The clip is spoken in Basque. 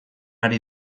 ari